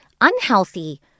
Unhealthy